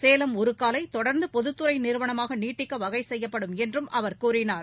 சேலம் உருக்காலை தொடர்ந்து பொதுத்துறை நிறுவனமாக நீட்டிக்க வகை செய்யப்படும் என்றும் அவர் கூறினார்